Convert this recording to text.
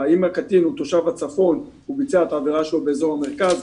אם הקטין הוא תושב הצפון וביצע את העבירה שלו באזור המרכז,